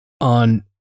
on